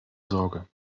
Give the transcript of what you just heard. sorge